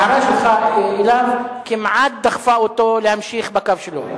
ההערה שלך אליו כמעט דחפה אותו להמשיך בקו שלו.